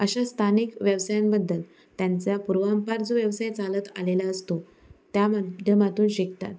अशा स्थानिक व्यवसायांबद्दल त्यांचा पूर्वापार जो व्यवसाय चालत आलेला असतो त्या माध्यमातून शिकतात